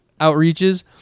outreaches